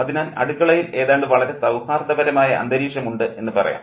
അതിനാൽ അടുക്കളയിൽ ഏതാണ്ട് വളരെ സൌഹാർദ്ദപരമായ അന്തരീക്ഷമുണ്ട് എന്നു പറയാം